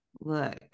look